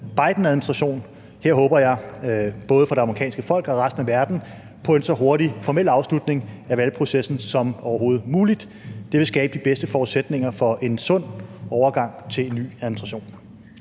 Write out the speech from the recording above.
Bidenadministration. Her håber jeg både for det amerikanske folk og resten af verden på en så hurtig formel afslutning af valgprocessen som overhovedet muligt. Det vil skabe de bedste forudsætninger for en sund overgang til en ny administration.